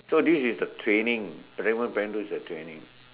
so this is the training primary one primary two is the training